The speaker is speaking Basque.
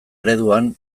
ereduan